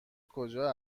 کجا